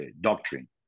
doctrine